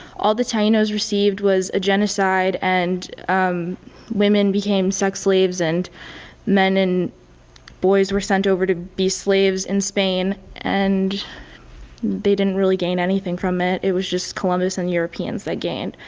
all the taino's received was a genocide and women became sex slaves and men and boys were sent over to be slaves in spain and they didn't really gain anything from it, it was just columbus and europeans that gained.